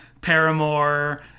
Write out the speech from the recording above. paramore